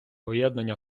поєднання